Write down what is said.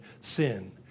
sin